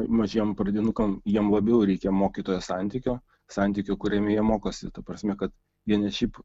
mažiem pradinukam jiem labiau reikia mokytojo santykio santykių kuriame jie mokosi ta prasme kad jie ne šiaip